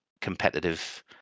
competitive